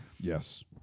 Yes